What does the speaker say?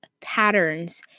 patterns